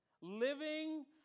living